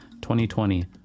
2020